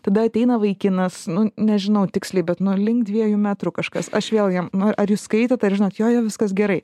tada ateina vaikinas nu nežinau tiksliai bet nu link dviejų metrų kažkas aš vėl jam nu ar jūs skaitėt ar žinot jo jo viskas gerai